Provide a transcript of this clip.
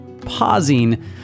pausing